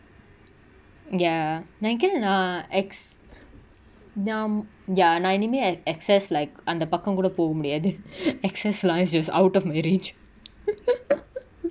ya நா நெனைகுர நா:na nenaikura na err நாம்:naam ya நா இனிமே:na inime eh X_S like அந்த பக்கோ கூட போக முடியாது:antha pakko kooda poka mudiyathu X_S lah is just out of my reach